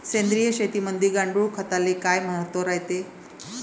सेंद्रिय शेतीमंदी गांडूळखताले काय महत्त्व रायते?